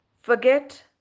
forget